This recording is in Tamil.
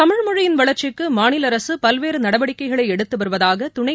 தமிழ்மொழியின் வளர்ச்சிக்கு மாநில அரசு பல்வேறு நடவடிக்கைகளை எடுத்து வருவதாக துணை